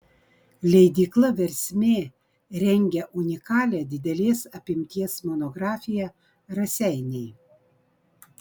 leidykla versmė rengia unikalią didelės apimties monografiją raseiniai